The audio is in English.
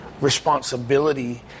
responsibility